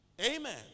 Amen